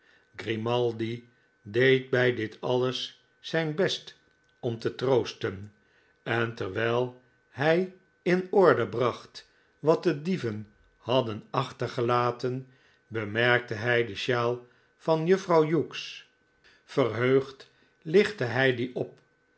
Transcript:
grimaldi deed bij dit alles zijn best om te troosten en terwijl hij in orde bracht wat de dieven hadden achtergelaten bemerkte hij de sjaal van juffrouw hughes verheugd lichtte hij die op